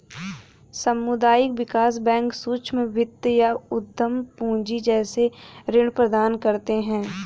सामुदायिक विकास बैंक सूक्ष्म वित्त या उद्धम पूँजी जैसे ऋण प्रदान करते है